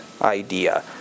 idea